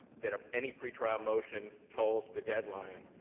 that any pretrial motion tolls the deadline,